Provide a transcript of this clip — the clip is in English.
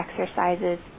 exercises